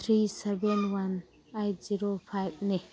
three seven one eight zero ꯐꯥꯏꯚꯅꯤ